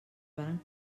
varen